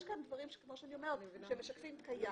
יש כאן דברים שכמו שאני אומרת הם משקפים קיים